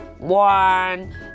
One